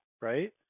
right